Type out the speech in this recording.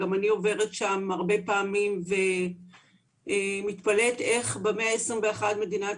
גם אני עוברת שם הרבה פעמים ומתפלאת איך במאה ה-21 מדינת